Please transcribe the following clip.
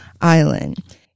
Island